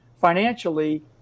financially